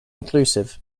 inclusive